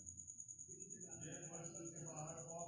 पानी बिना कोनो जीवन केरो कल्पना नै हुए सकै छै?